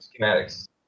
schematics